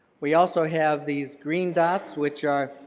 we also have these green dots which are